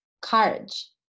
courage